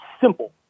simple